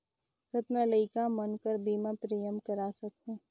कतना लइका मन कर बीमा प्रीमियम करा सकहुं?